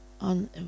on